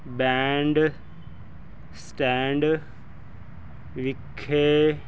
band stand ਵਿਖੇ